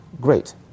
great